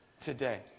today